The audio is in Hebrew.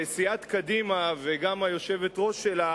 וסיעת קדימה וגם היושבת-ראש שלה